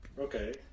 Okay